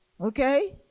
okay